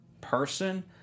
person